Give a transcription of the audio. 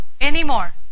Anymore